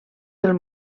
del